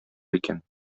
икән